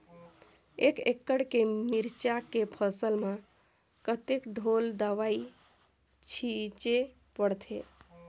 एक एकड़ के मिरचा के फसल म कतेक ढोल दवई छीचे पड़थे?